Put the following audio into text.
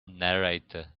narrator